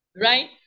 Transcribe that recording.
right